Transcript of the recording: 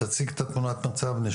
לפני כן, כמו